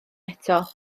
eto